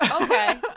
okay